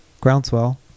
groundswell